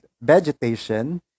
vegetation